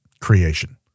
creation